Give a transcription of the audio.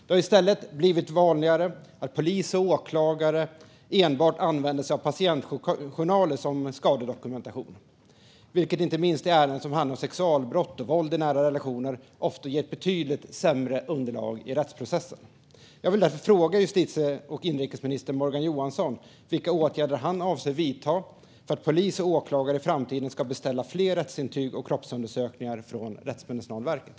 Det har i stället blivit vanligare att polis och åklagare enbart använder sig av patientjournaler som skadedokumentation, vilket inte minst i ärenden som handlar om sexualbrott och våld i nära relationer ofta ger ett betydligt sämre underlag i rättsprocessen. Jag vill därför fråga justitie och inrikesminister Morgan Johansson vilka åtgärder han avser att vidta för att polis och åklagare i framtiden ska beställa fler rättsintyg och kroppsundersökningar från Rättsmedicinalverket.